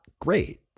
great